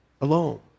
alone